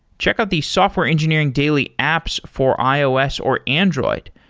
check out the software engineering daily apps for ios or android.